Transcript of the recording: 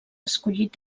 escollit